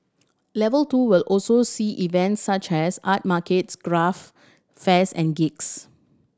level two will also see events such as art markets craft fairs and gigs